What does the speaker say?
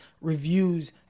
reviews